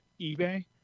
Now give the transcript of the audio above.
eBay